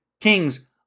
King's